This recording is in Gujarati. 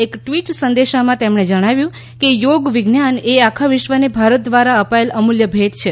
એક ટ્વીટ સંદેશામાં તેમણે જણાવ્યું કે યોગ વિજ્ઞાન એ આખા વિશ્વને ભારત દ્વારા અપાયેલ અમૂલ્ય ભેટ છે